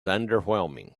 underwhelming